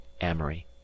Amory